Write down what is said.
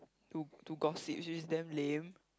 to to gossip which is damn lame